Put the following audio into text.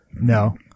no